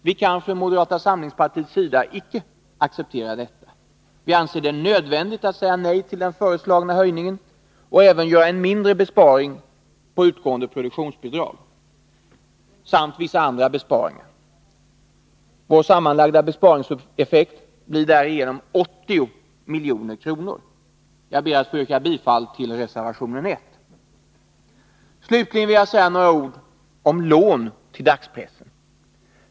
Vi kan från moderata samlingspartiets sida icke acceptera detta. Vi anser det nödvändigt att säga nej till den föreslagna höjningen och även göra en mindre besparing på utgående produktionsbidrag samt vissa andra besparingar. Den sammanlagda besparingseffekten blir därigenom 80 milj.kr. Jag ber att få yrka bifall till reservationen 1. Slutligen vill jag säga några ord om lån till dagspressen.